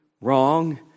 wrong